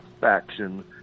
faction